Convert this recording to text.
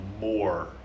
more